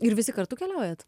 ir visi kartu keliaujat